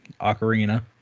ocarina